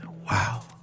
wow!